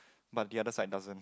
but the other side doesn't